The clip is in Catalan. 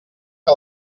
que